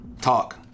talk